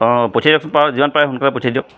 অঁ পঠিয়াই দিয়কচোন পাৰে যিমান পাৰে সোনকালে পঠিয়াই দিয়ক